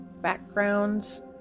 backgrounds